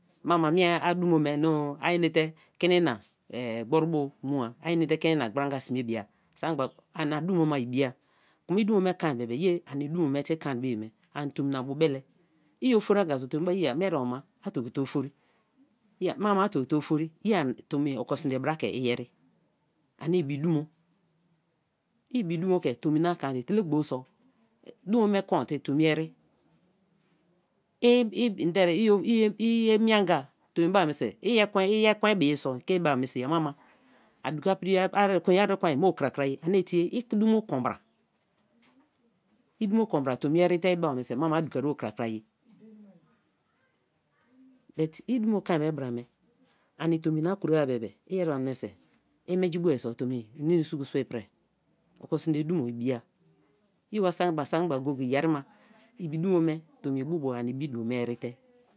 Maima mie a dumo me no. o arine te kinina èehn gbori bu mu-a, ani te kinina gbra-anga sme bra, sak memgbei ani dumo ma ibi-a, i du mo me kon be be. ye ani dumo me te i kon me ye me ani tomi na bu bele, i ofori anga so, tomi be-e iyea me ereba a tie gote ofori, iyea mama a tie gote ofori; ye tomi oko sme te bra ke yeri, ani ibi dumo; libi dumo ke tomi ma kon-a, etele gbo so dumo me kon te tomi ere; i ye mie anga tomi bai meisi, ekwen bi so ke ba-a meisi ma ma an dukoa priye ai ekwen me o krakra ye ani tie i dumo kon bra, i dumo kon bra temi ere te i bee meniso ma ma a dukoar o krakra ye but i dumo kon be bra me ani tomi na kro-a bebe i ere ba menise in-menji boa so tomi heinie suku sua ipri oko sme te dumo ibi-a, ye wa sak memgba go-go-e ye ri ma ibi dumo me i bu bio ani ibi dumo me erite.